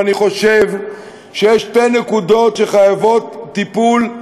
אני חושב שיש שתי נקודות שחייבות טיפול,